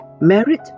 Merit